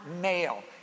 male